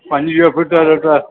पंजवीह फ़ुट वारो त